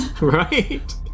Right